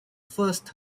first